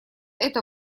эта